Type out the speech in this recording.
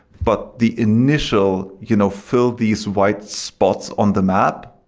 but the initial you know fill these white spots on the map,